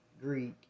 Greek